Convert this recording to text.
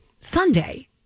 Sunday